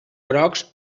grocs